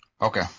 Okay